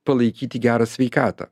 palaikyti gerą sveikatą